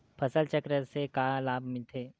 फसल चक्र से का लाभ मिलथे?